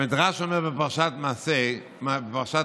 המדרש אומר בפרשת מטות,